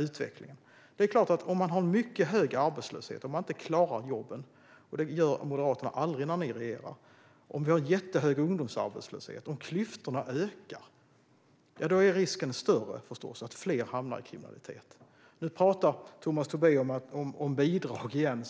utvecklingen. Med mycket hög arbetslöshet där man inte klarar att skapa jobben - och det gör Moderaterna aldrig när ni regerar - och med hög ungdomsarbetslöshet och ökande klyftor, är risken större att fler hamnar i kriminalitet. Nu pratar Tomas Tobé om bidrag igen.